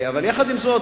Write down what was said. יחד עם זאת,